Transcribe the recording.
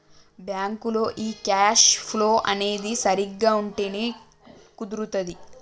బ్యాంకులో ఈ cash flow అనేది సరిగ్గా ఉంటేనే కుదురుతాది